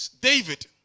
David